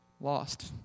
Lost